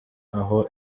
aho